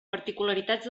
particularitats